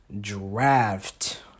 draft